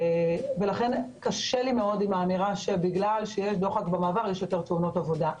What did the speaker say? ולכן קשה לי מאוד עם האמירה שבגלל שיש דוחק במעבר יש יותר תאונות עבודה.